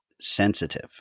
sensitive